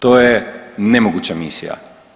To je nemoguća misija.